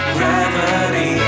gravity